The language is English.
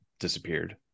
disappeared